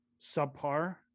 subpar